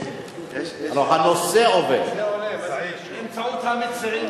והשר ביקש להעביר את זה: האחריות על נושא אבטחת התעופה האזרחית